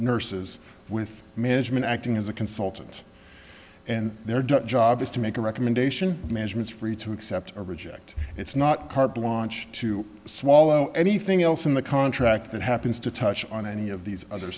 nurses with management acting as a consultant and they're just job is to make a recommendation management's free to accept or reject it's not carte blanche to swallow anything else in the contract that happens to touch on any of these other